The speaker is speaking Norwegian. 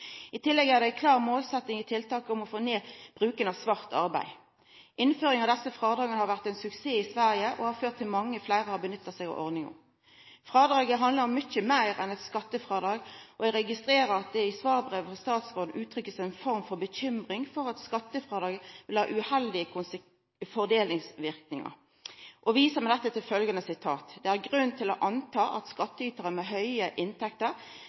I tillegg er det ei klar målsetting i tiltaket å få ned bruken av svart arbeid. Innføringa av desse frådraga har vore ein suksess i Sverige og har ført til at mange fleire har nytta seg av ordninga. Frådraget handlar om mykje meir enn eit skattefrådrag. Eg registrerer at det i svarbrevet frå statsråden blir uttrykt ei form for bekymring over at skattefrådraget vil ha uheldige fordelingsverknader – og viser med dette til følgjande: «Det er grunn til å anta at skattytere med høye inntekter